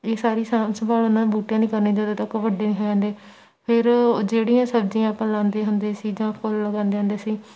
ਇਹ ਸਾਰੀ ਸਾਂਭ ਸੰਭਾਲ ਨਾ ਬੂਟਿਆਂ ਦੀ ਕਰਨੀ ਜਦੋਂ ਤੱਕ ਵੱਡੇ ਨਹੀਂ ਹੋ ਜਾਂਦੇ ਫਿਰ ਜਿਹੜੀਆਂ ਸਬਜ਼ੀਆਂ ਆਪਾਂ ਲਾਉਂਦੇ ਹੁੰਦੇ ਸੀ ਜਾਂ ਫੁੱਲ ਲਗਾਉਂਦੇ ਹੁੰਦੇ ਸੀ